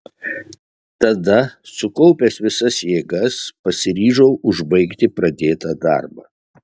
tada sukaupęs visas jėgas pasiryžau užbaigti pradėtą darbą